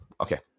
okay